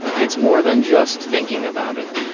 it's more than just thinking about it.